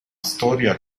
storia